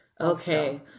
Okay